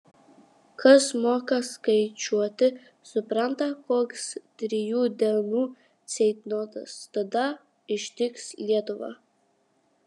kas moka skaičiuoti supranta koks trijų dienų ceitnotas tada ištiks lietuvą